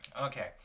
Okay